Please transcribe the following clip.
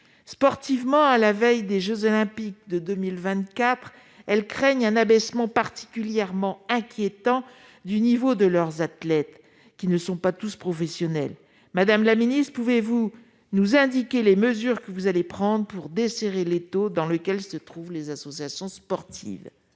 Sportivement, à la veille des jeux Olympiques de 2024, elles craignent un abaissement particulièrement marqué du niveau de nos athlètes, qui ne sont pas tous professionnels. Pouvez-vous nous indiquer les mesures que vous allez prendre pour desserrer l'étau dans lequel se trouvent les associations sportives ?